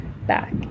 back